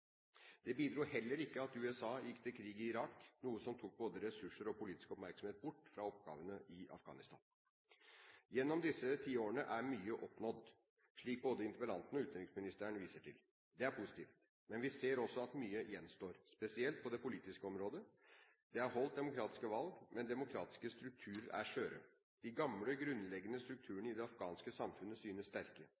Det bidro heller ikke at USA gikk til krig i Irak, noe som tok både ressurser og politisk oppmerksomhet bort fra oppgavene i Afghanistan. Gjennom disse ti årene er mye oppnådd, slik både interpellanten og utenriksministeren viser til. Det er positivt. Men vi ser også at mye gjenstår, spesielt på det politiske området. Det er holdt demokratiske valg. Men de demokratiske strukturene er skjøre. De gamle, grunnleggende